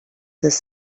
this